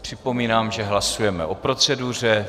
Připomínám, že hlasujeme o proceduře.